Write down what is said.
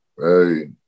Hey